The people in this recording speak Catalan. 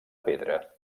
pedra